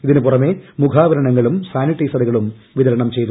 ഇതിനുപുറമേ മുഖാവരണങ്ങളും സാനിറ്റൈസറുകളും വിതരണം ചെയ്തു